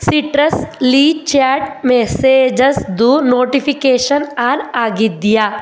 ಸಿಟ್ರಸ್ಲಿ chat ಮೆಸೇಜಸ್ದು notification on ಆಗಿದೆಯಾ